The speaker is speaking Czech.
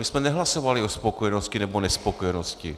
My jsme nehlasovali o spokojenosti nebo nespokojenosti.